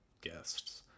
guests